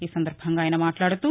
ఈ సందర్భంగా ఆయన మాట్లాదుతూ